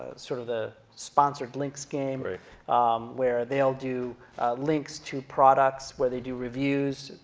sort of the sponsored links game, where where they'll do links to products where they do reviews.